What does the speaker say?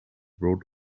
wrote